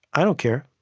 i don't care.